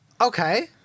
Okay